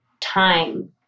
time